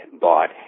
bought